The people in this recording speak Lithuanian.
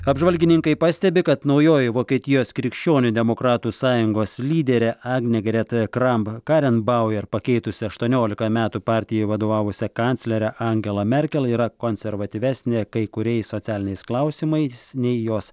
apžvalgininkai pastebi kad naujoji vokietijos krikščionių demokratų sąjungos lyderė agnė greta kram karenbau ir pakeitusi aštuoniolika metų partijai vadovavusią kanclerę angelą merkel yra konservatyvesnė kai kuriais socialiniais klausimais nei jos